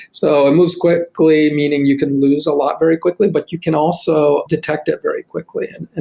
so it moves quickly meaning you can lose a lot very quickly but you can also detect it very quickly and and